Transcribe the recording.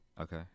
Okay